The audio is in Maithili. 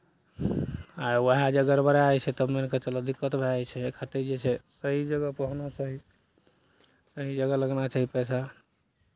आ उएह जे गड़बड़ा जाइ छै तऽ मानि कऽ चलहो दिक्कत भए जाइ छै एहि खातिर जे छै सही जगहपर होना चाही सही जगह लगना चाही पैसा